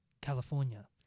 California